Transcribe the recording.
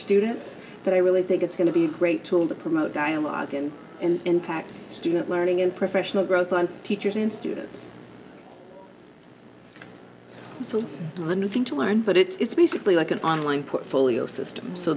students but i really think it's going to be a great tool to promote dialogue and in fact student learning and professional growth on teachers and students so nothing to learn but it's basically like an online portfolio system so